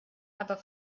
aber